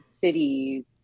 cities